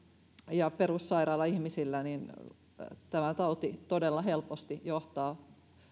ja perussairailla ihmisillä tämä tauti todella helposti johtaa